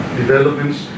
developments